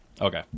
Okay